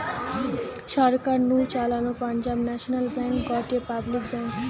সরকার নু চালানো Punjab National Bank গটে পাবলিক ব্যাঙ্ক